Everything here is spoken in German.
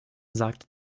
sagte